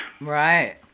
Right